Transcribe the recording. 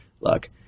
look